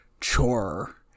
chore